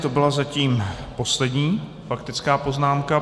To byla zatím poslední faktická poznámka.